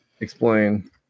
explain